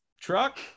truck